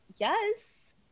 yes